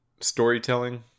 storytelling